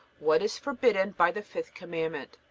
what is forbidden by the fifth commandment?